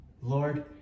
Lord